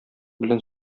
белән